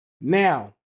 Now